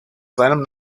seinem